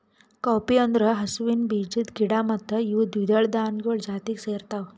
cowpea ಅಂದುರ್ ಹಸುವಿನ ಬೀಜದ ಗಿಡ ಮತ್ತ ಇವು ದ್ವಿದಳ ಧಾನ್ಯಗೊಳ್ ಜಾತಿಗ್ ಸೇರ್ತಾವ